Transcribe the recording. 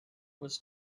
was